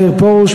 מאיר פרוש,